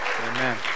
Amen